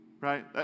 right